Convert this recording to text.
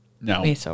No